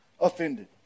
offended